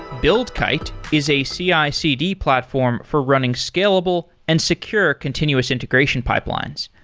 buildkite is a cicd platform for running scalable and secure continuous integration pipelines.